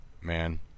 man